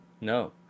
No